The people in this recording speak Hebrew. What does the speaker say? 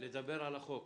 לדבר על החוק,